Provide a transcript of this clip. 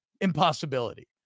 impossibility